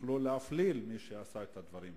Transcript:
שיוכלו להפליל את מי שעשה את הדברים האלה.